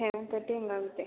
ten thirty ಹೀಗಾಗುತ್ತೆ